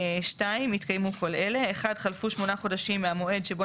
התקיימו כל אלה: חלפו 8 חודשים מהמועד שבו